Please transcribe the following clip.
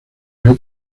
había